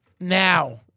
Now